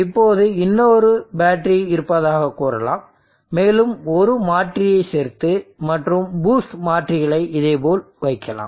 இப்போது இன்னொரு பேட்டரி இருப்பதாகக் கூறலாம் மேலும் ஒரு மாற்றியை சேர்த்து மற்றும் பூஸ்ட் மாற்றிகளை இதேபோல் வைக்கலாம்